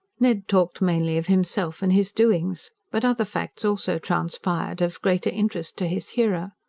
ned talked mainly of himself and his doings. but other facts also transpired, of greater interest to his hearer.